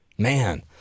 Man